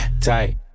tight